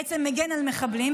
בעצם מגן על מחבלים,